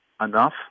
enough